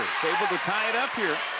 tie it up here.